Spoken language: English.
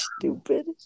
stupid